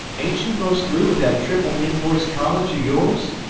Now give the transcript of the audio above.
ain't you most through with that triple invoiced college of yours?